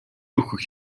үхэх